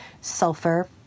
sulfur